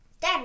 Dad